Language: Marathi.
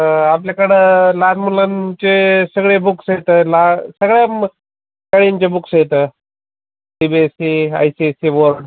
आपल्याकडं लहान मुलांचे सगळे बुक्स येतंय लहान सगळ्या स्थळींचे बुक्स येतं C B S C I C S C board